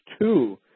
two